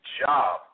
job